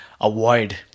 avoid